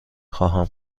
خواهم